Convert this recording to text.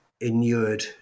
inured